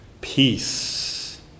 peace